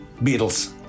Beatles